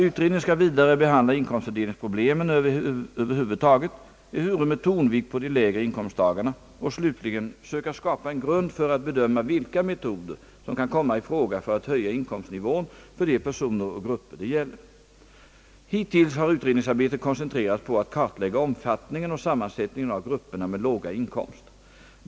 Utredningen skall vidare behandla inkomstfördelningsproblemen över huvud taget, ehuru med tonvikt på de lägre inkomsttagarna, och slutligen »söka skapa en grund för att bedöma vilka metoder, som kan komma i fråga för att höja inkomstnivån för de personer och grupper det gäller». Hittills har utredningsarbetet koncentrerats på att kartlägga omfattningen och sammansättningen av grupperna med låga inkomster.